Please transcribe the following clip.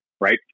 right